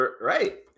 right